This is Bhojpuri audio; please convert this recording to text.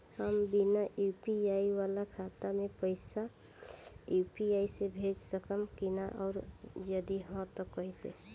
हम बिना यू.पी.आई वाला खाता मे पैसा यू.पी.आई से भेज सकेम की ना और जदि हाँ त कईसे?